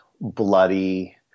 bloody